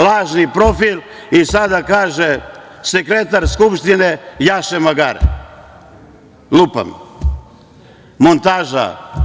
Lažni profil i sada kaže - sekretar Skupštine jaše magare, lupam, montaža.